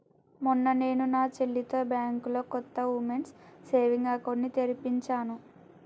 మొన్న నేను నా చెల్లితో బ్యాంకులో కొత్త ఉమెన్స్ సేవింగ్స్ అకౌంట్ ని తెరిపించాను